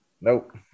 Nope